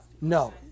No